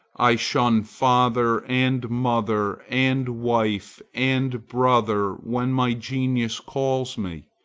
i shun father and mother and wife and brother when my genius calls me.